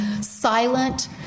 silent